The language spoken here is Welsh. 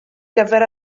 gyfer